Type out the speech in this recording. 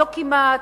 לא כמעט,